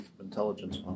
intelligence